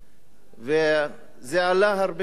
וזה עלה הרבה כסף.